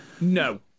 No